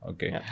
Okay